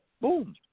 Boom